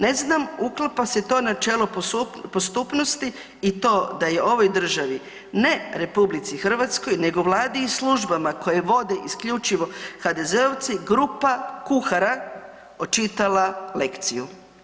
Ne znam uklapa se to načelo postupnosti i to da je ovoj državi ne RH nego Vladi i službama koje vode isključivo HDZ-ovci grupa kuhara očitala lekciju.